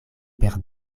per